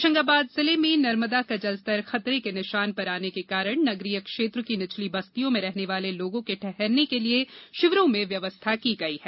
होशंगाबाद जिले में नर्मदा का जलस्तर खतरे के निशान पर आने के कारण नगरीय क्षेत्र के निचली बस्तियों में रहने वाले लोगों के ठहरने के लिए शिविरों में व्यवस्था की गई है